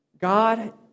God